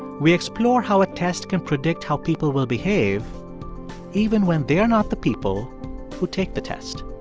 we explore how a test can predict how people will behave even when they are not the people who take the test.